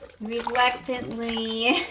reluctantly